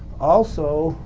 also,